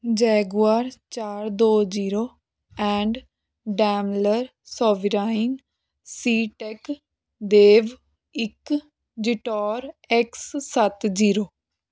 Jaguar ਚਾਰ ਦੋ zero and Daimler ਸੋਵੀਰਾਇੰਗ ਸੀ ਟੈਕ ਦੇਵ ਇੱਕ ਜੀਟੋਰ ਐਕਸ ਸੱਤ ਜੀਰੋ